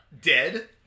dead